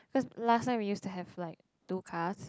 cause last time we use to have like two cars